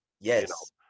yes